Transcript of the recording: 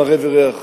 מראה וריח.